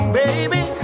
baby